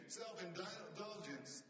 self-indulgence